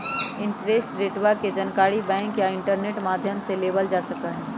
interest रेटवा के जानकारी बैंक या इंटरनेट माध्यम से लेबल जा सका हई